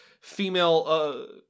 female